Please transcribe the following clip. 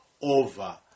over